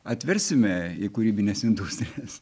atversime į kūrybines industrijas